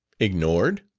ignored?